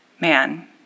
Man